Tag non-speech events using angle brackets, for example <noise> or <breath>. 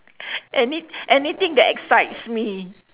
<breath> any anything that excites me